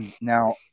Now